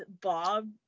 bob